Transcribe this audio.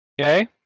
Okay